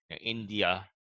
India